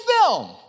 film